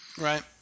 Right